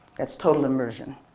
that is total immersion,